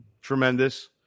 tremendous